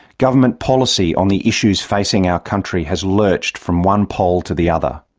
government policy on the issues facing our country has lurched from one pole to the other.